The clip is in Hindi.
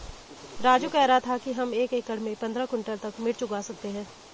राजू कह रहा था कि हम एक एकड़ में पंद्रह क्विंटल तक मिर्च उगा सकते हैं